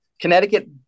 Connecticut